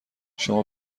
شما